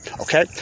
okay